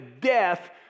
death